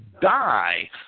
die